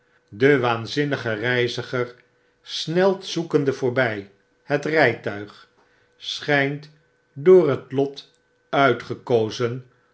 de waanzinnige reiziger snelt zoekende voorbfl het rgtuig schgnt door het lotuitgekozen